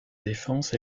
défense